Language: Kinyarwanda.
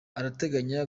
arateganya